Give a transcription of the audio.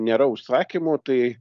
nėra užsakymų tai